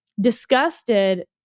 disgusted